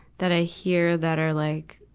that i hear that are like,